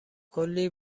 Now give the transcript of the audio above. کلی